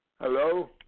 hello